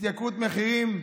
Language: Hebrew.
התייקרות מחירים.